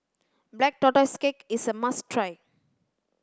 black tortoise cake is a must try